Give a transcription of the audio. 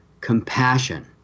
compassion